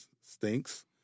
stinks